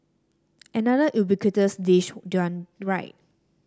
another ubiquitous dish done right